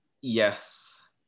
yes